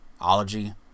ology